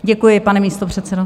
Děkuji, pane místopředsedo.